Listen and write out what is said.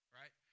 right